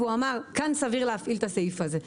והוא אמר: כאן סביר להפעיל את הסעיף הזה.